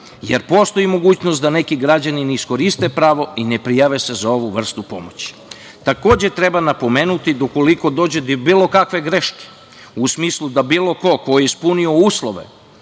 jer postoji mogućnost da neki građani ne iskoriste pravo i ne prijave se za ovu vrstu pomoći. Takođe, treba napomenuti da ukoliko dođe do bilo kakve greške u smislu da bilo ko ispunjava uslove